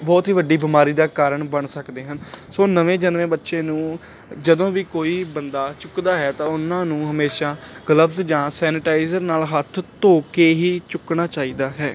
ਬਹੁਤ ਹੀ ਵੱਡੀ ਬਿਮਾਰੀ ਦਾ ਕਾਰਨ ਬਣ ਸਕਦੇ ਹਨ ਸੋ ਨਵੇਂ ਜਨਮੇ ਬੱਚੇ ਨੂੰ ਜਦੋਂ ਵੀ ਕੋਈ ਬੰਦਾ ਚੁੱਕਦਾ ਹੈ ਤਾਂ ਉਹਨਾਂ ਨੂੰ ਹਮੇਸ਼ਾ ਗਲੱਬਸ ਜਾਂ ਸੈਨੀਟਾਈਜ਼ਰ ਨਾਲ ਹੱਥ ਧੋ ਕੇ ਹੀ ਚੁੱਕਣਾ ਚਾਹੀਦਾ ਹੈ